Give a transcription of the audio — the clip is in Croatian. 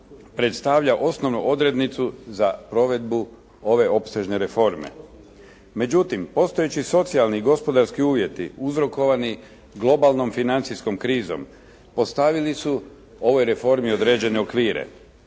predstavlja osnovnu odrednicu za provedbu ove opsežne reforme. Međutim, postojeći socijalni i gospodarski uvjeti uzrokovani globalnom financijskom krizom, postavili su ovoj reformi određene okvire.